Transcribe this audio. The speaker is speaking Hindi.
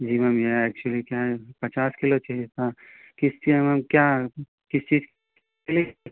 जी मैम यह एक्चुअली क्या है पचास किलो चाहिए था किसलिए मैम क्या किस चीज़ के लिए